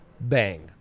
bang